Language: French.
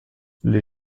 les